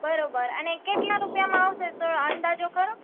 બરોબર અને કેટલા રૂપિયામાં આવશે થોડો અંદાજો ખરો